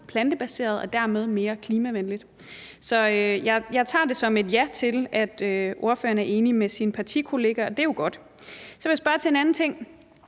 plantebaseret og dermed mere klimavenligt. Så jeg tager det som et ja til, at hr. Troels Lund Poulsen er enig med sin partikollega, og det er jo godt. Så vil jeg spørge til en anden ting.